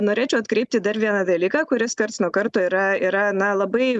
norėčiau atkreipti dar vieną dalyką kuris karts nuo karto yra yra na labai